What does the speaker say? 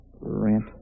Rent